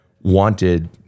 wanted